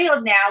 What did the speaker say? now